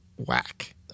Whack